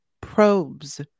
probes